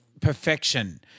perfection